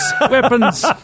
weapons